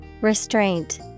restraint